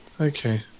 okay